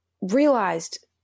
realized